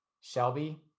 Shelby